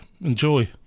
enjoy